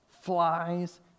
flies